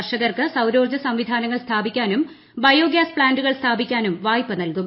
കർഷകർക്ക് സൌരോർജ്ജ സംവിധാനങ്ങൾ സ്ഥാപിക്കാനും ബയോഗ്യാസ് പ്താന്റുകൾ സ്ഥാപിക്കാനും വായ്പ നൽകും